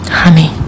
honey